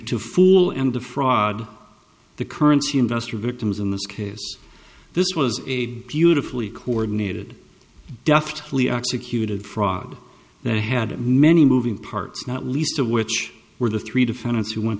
to fool and the fraud the currency investor victims in this case this was a beautifully coordinated deftly executed fraud that had many moving parts not least of which were the three defendants who went